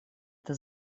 это